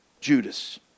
Judas